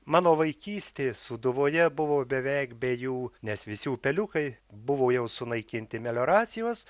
mano vaikystė sūduvoje buvo beveik be jų nes visi upeliukai buvo jau sunaikinti melioracijos